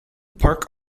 park